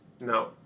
No